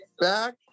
back